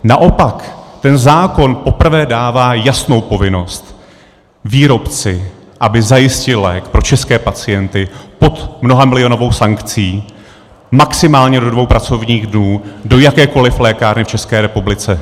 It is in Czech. Naopak, ten zákon poprvé dává jasnou povinnost výrobci, aby zajistil lék pro české pacienty pod mnohamilionovou sankcí maximálně do dvou pracovních dnů do jakékoliv lékárny v České republice.